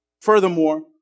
Furthermore